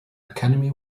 academy